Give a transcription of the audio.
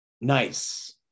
Nice